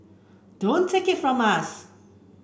don't take it from us